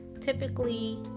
typically